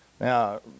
Now